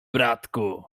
bratku